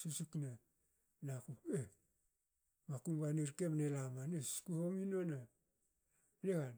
susukne? Naku,"puo makum bani rke mne mne lamanna. susku hominnuene". nigan